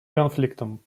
конфликтам